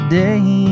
day